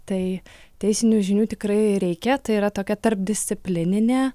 tai teisinių žinių tikrai reikia tai yra tokią tarpdisciplininė